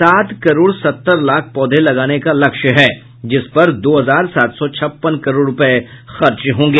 सात करोड़ सत्तर लाख पौधे लगाने का लक्ष्य है जिसपर दो हजार सात सौ छप्पन करोड़ रूपये खर्च होंगे